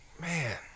Man